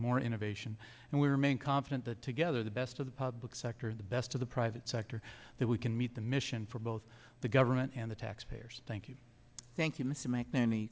more innovation and we remain confident that together the best of the public sector the best of the private sector that we can meet the mission for both the government and the taxpayers thank you thank you m